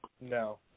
No